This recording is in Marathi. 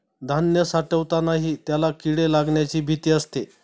धान्य साठवतानाही त्याला किडे लागण्याची भीती असते